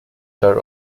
chair